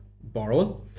borrowing